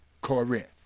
Corinth